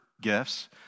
gifts